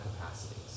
capacities